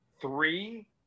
three